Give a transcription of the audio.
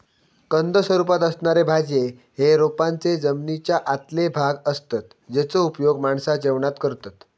कंद स्वरूपात असणारे भाज्ये हे रोपांचे जमनीच्या आतले भाग असतत जेचो उपयोग माणसा जेवणात करतत